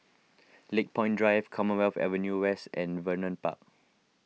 Lakepoint Drive Commonwealth Avenue West and Vernon Park